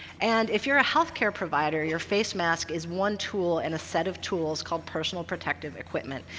and if you're a health care provider, your face mask is one tool in a set of tools called personal protective equipment,